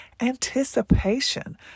anticipation